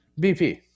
BP